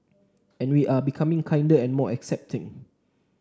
and we are becoming kinder and more accepting